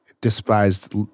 despised